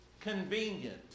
convenient